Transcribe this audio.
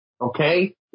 Okay